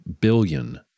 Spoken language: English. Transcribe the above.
billion